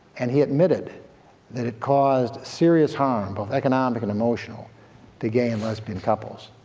and he admitted that it caused serious harm, both economic and emotional to gay and lesbian couples.